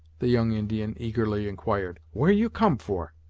the young indian eagerly inquired where you come for?